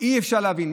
אי אפשר להבין,